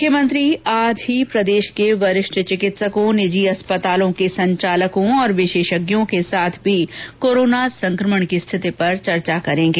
मुख्यमंत्री आज ही प्रदेश के वरिष्ठ चिकित्सकों निजी अस्पतालों के संचालकों और विशेषज्ञों से भी कोरोना संक्रमण की स्थिति पर चर्चा करेगें